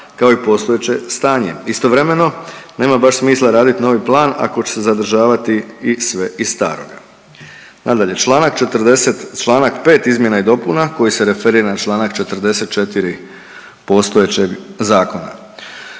kao i postojeće stanje. Istovremeno nema baš smisla raditi novi plan ako će se zadržavati i sve iz staroga. Nadalje, članak 40., članak 5. izmjena i dopuna koji se referira na članak 44. postojećeg zakona.